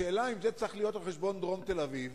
השאלה היא אם זה צריך להיות על חשבון דרום תל-אביב